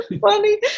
funny